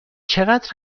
چقدر